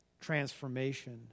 transformation